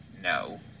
No